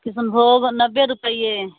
किशनभोग नबे रुपैये